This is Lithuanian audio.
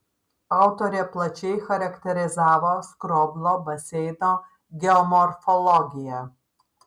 autorė plačiai charakterizavo skroblo baseino geomorfologiją